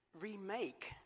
remake